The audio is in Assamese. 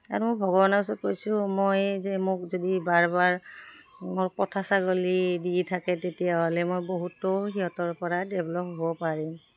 আৰু ভগৱানৰ ওচৰত কৈছোঁ মই যে মোক যদি বাৰ বাৰ মোৰ পঠা ছাগলী দি থাকে তেতিয়াহ'লে মই বহুতো সিহঁতৰ পৰা ডেভলপ হ'ব পাৰিম